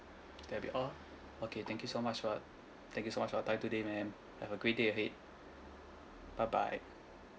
that'll be all okay thank you so much for thank you so much for your time today ma'am have a great day ahead bye bye